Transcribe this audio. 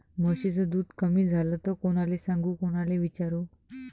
म्हशीचं दूध कमी झालं त कोनाले सांगू कोनाले विचारू?